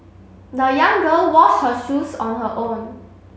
the young girl washed her shoes on her own